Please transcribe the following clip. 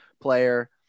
player